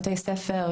בבתי ספר,